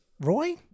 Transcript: Roy